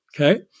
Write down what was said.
Okay